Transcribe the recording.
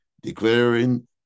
declaring